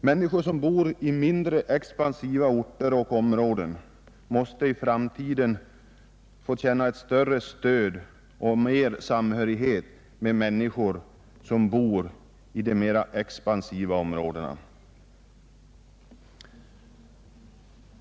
Människor som bor i mindre expansiva orter och områden måste i framtiden få känna ett bättre stöd från och större samhörighet med människor som bor i de mer expansiva områdena.